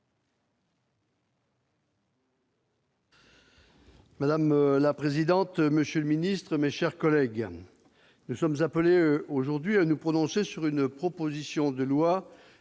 Madame la présidente, monsieur le secrétaire d'État, mes chers collègues, nous sommes appelés aujourd'hui à nous prononcer sur une proposition de loi,